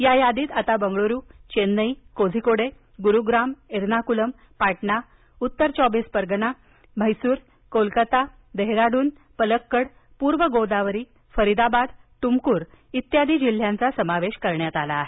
या यादीत आता बंगळुरुचेन्नईकोझिकोडे गुरुग्रामएर्नाकुलमपाटणाउत्तर चोबीस परगणाम्हैसुरकोलकत्ताडेहराडूनपलक्कडपूर्व गोदावरीफरिदाबादतुमकुर आदी जिल्ह्यांचा समावेश करण्यात आला आहे